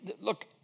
look